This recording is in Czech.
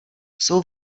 svou